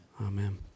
Amen